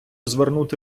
звернути